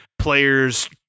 players